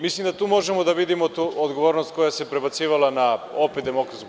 Mislim da tu možemo da vidimo tu odgovornost koja se prebacivala opet na DS.